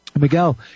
Miguel